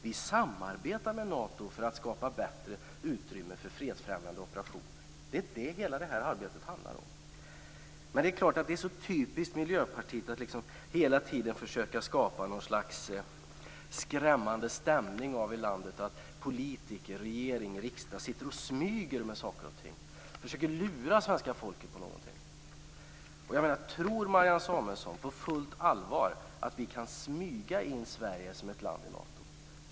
Vi samarbetar med Nato för att skapa bättre utrymme för fredsfrämjande operationer. Det är vad hela det här arbetet handlar om. Men det är så typiskt Miljöpartiet att hela tiden försöka skapa något slags skrämmande stämning i landet och ge sken av att politiker, regering och riksdag sitter och smyger med saker och ting och försöker lura svenska folket. Tror Marianne Samuelsson på fullt allvar att vi kan smyga in Sverige som ett land i Nato?